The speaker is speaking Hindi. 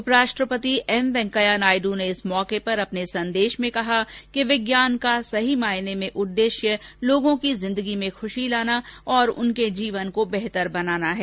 उपराष्ट्रपति एम वेंकैया नायडू ने इस मौके पर अपने संदेश में कहा कि विज्ञान का सही मायने में उद्देश्य लोगों की जिंदगी में खुशी लाना और उनके जीवन को बेहतर बनाना है